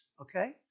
okay